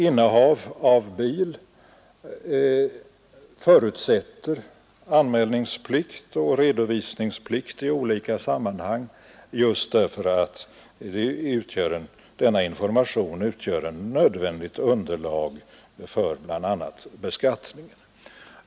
Innehav av bil förutsätter anmälningsplikt och redovisningsplikt i olika sammanhang just därför att denna information utgör ett nödvändigt underlag för bl.a. beskattningen.